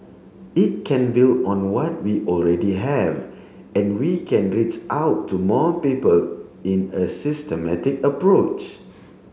it can build on what we already have and we can reach out to more people in a systematic approach